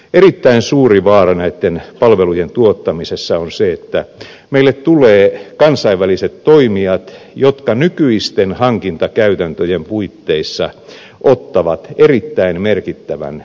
erittäin suuri vaara näitten palvelujen tuottamisessa on se että meille tulevat kansainväliset toimijat jotka nykyisten hankintakäytäntöjen puitteissa ottavat erittäin merkittävän tilan